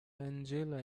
angela